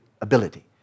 ability